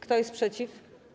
Kto jest przeciw?